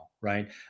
Right